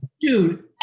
dude